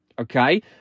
okay